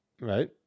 Right